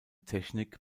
technik